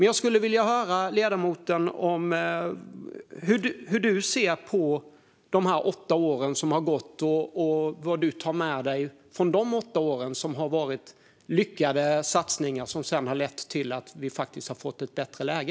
Jag skulle vilja höra hur ledamoten ser på de åtta år som har gått - vad hon tar med sig av lyckade satsningar som har lett till att vi faktiskt har fått ett bättre läge.